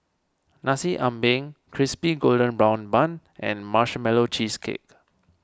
Nasi Ambeng Crispy Golden Brown Bun and Marshmallow Cheesecake